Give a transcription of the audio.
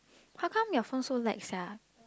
how come your phone so lag sia